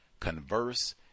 converse